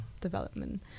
development